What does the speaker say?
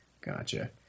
Gotcha